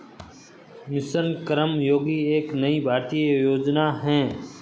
mission Karmayogi एक नई भारतीय योजना है